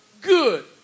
good